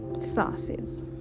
sauces